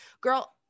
girl